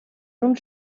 d’un